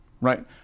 right